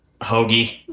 hoagie